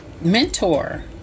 mentor